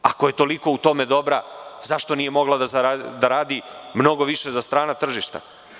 Ako je toliko u tome dobra, zašto nije mogla da radi mnogo više za strana tržišta?